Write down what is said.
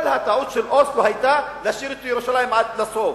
כל הטעות של אוסלו היתה להשאיר את ירושלים עד לסוף.